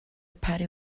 party